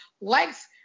likes